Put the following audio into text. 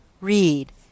Read